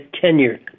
tenure